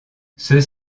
ceux